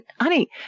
honey